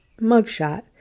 mugshot